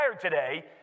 today